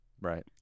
right